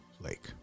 Lake